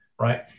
right